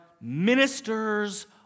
ministers